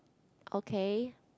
okay